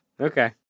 Okay